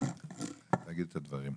להגיד את הדברים.